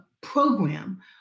program